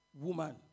woman